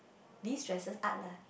distresses art lah